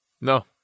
No